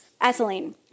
ethylene